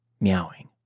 meowing